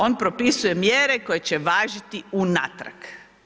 On propisuje mjere koje će važiti unatrag.